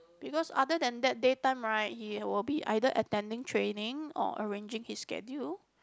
because other than that day time right he will be either training or arranging his schedule